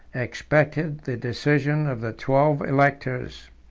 expected the decision of the twelve electors.